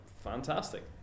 fantastic